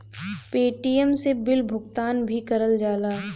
Paytm से bill भुगतान भी करल जाला